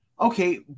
Okay